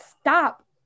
stop